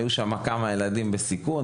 היו שם כמה ילדים בסיכון,